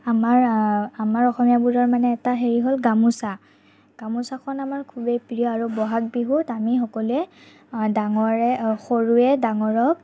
আমাৰ আমাৰ অসমীয়াবোৰৰ মানে এটা হেৰি হ'ল গামোচা গামোচাখন আমাৰ খুবেই প্ৰিয় আৰু বহাগ বিহুত আমি সকলোৱে ডাঙৰে সৰুৱে ডাঙৰক